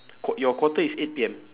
qua~ your quarter is eight P_M